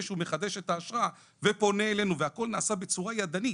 שהוא מחדש את האשרה ופונה אלינו והכול נעשה בצורה ידנית,